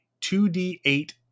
2d8